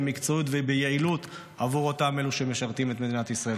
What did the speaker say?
במקצועיות וביעילות עבור אותם אלו שמשרתים את מדינת ישראל.